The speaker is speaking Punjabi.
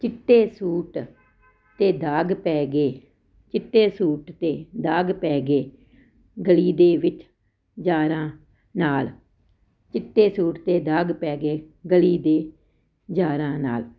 ਚਿੱਟੇ ਸੂਟ 'ਤੇ ਦਾਗ ਪੈ ਗਏ ਚਿੱਟੇ ਸੂਟ 'ਤੇ ਦਾਗ ਪੈ ਗਏ ਗਲੀ ਦੇ ਵਿੱਚ ਯਾਰਾ ਨਾਲ ਚਿੱਟੇ ਸੂਟ 'ਤੇ ਦਾਗ ਪੈ ਗਏ ਗਲੀ ਦੇ ਯਾਰਾ ਨਾਲ